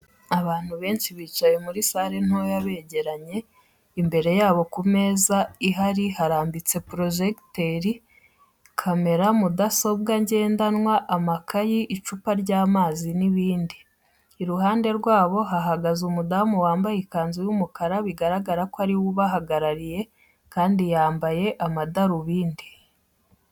Abantu banshi bicaye muri sale ntoya begeranye, imbere yabo ku meza ihari harambitse porojegiteri, kamera, mudasobwa ngendanwa, amakayi, icupa ryamazi n'ibindi. Iruhande rwabo hahagaze umudamu wambaye ikanzi y'umukara bigaragara ko ari we ubahagarariye kandi yambaye amadarubindi.